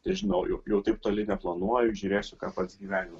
nežinau jau taip toli neplanuoju žiūrėsiu ką pats gyvenimas